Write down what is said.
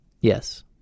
Yes